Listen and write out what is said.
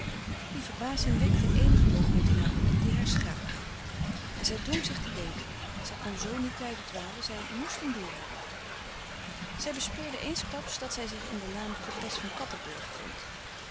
wekte eenigen hoogmoed in haar op die haar schraagde en zij dwong zich te denken zij kon zoo niet blijven dwalen zij moest een doel hebben zij bespeurde eensklaps dat zij zich in de laan copes van cattenburgh bevond